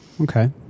Okay